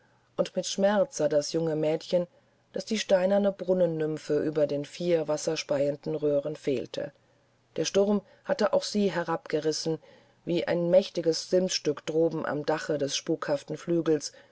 und mit schmerz sah das junge mädchen daß die steinerne brunnennymphe über den vier wasserspeienden röhren fehlte der sturm hatte auch sie herabgerissen wie ein mächtiges simsstück droben am dache des spukhaften flügels